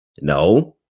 No